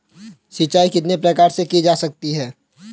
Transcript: सिंचाई कितने प्रकार से की जा सकती है?